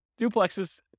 duplexes